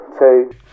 two